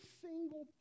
single